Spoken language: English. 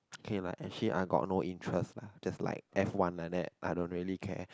okay lah actually I got no interest lah just like F-one like that I don't really care